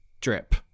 drip